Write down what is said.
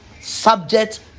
subject